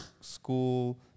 school